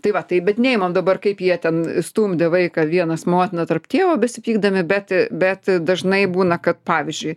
tai va taip bet neimam dabar kaip jie ten stumdė vaiką vienas motiną tarp tėvo besipykdami bet bet dažnai būna kad pavyzdžiui